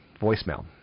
voicemail